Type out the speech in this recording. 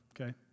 Okay